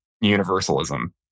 universalism